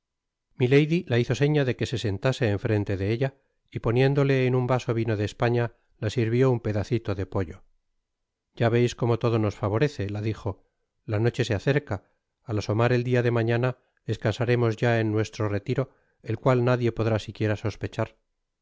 milady la hizo seña de que se sentase en frente de ella y poniéndole en un vaso vino de españa la sirvió un pedacito de pollo ya veis como todo nos favorece la dijo la noche se acerca al asomar el dia de mañana descansaremos ya en nuestro retiro el cual nadie podrá siquiera sospechar